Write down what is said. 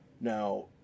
Now